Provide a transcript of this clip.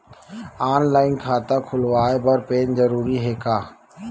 Online खाता खुलवाय बर पैन जरूरी हे का?